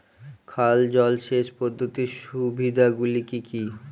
খাল জলসেচ পদ্ধতির সুবিধাগুলি কি কি?